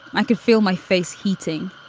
i could feel my face heating